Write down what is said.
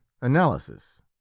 analysis